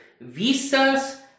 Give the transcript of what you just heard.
visas